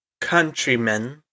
Countrymen